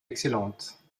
excellente